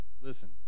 listen